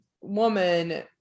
woman